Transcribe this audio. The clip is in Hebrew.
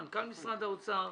מנכ"ל משרד האוצר,